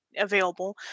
available